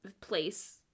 place